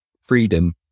freedom